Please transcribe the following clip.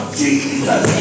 jesus